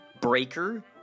Breaker